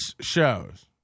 shows